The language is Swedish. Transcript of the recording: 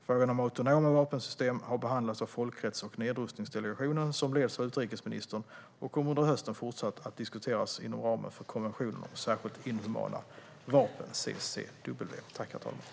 Frågan om autonoma vapensystem har behandlats av Folkrätts och nedrustningsdelegationen, som leds av utrikesministern, och kommer under hösten att fortsätta att diskuteras inom ramen för konventionen om särskilt inhumana vapen, CCW.